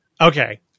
Okay